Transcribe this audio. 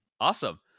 Awesome